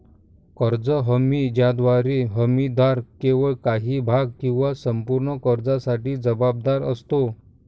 कर्ज हमी ज्याद्वारे हमीदार केवळ काही भाग किंवा संपूर्ण कर्जासाठी जबाबदार असतो